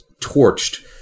torched